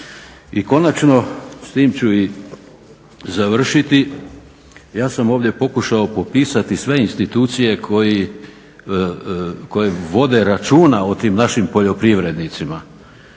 I konačno, s tim ću i završiti. Ja sam ovdje pokušao popisati sve institucije koje vode računa o tim našim poljoprivrednicima,